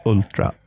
Ultra